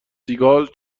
سیگال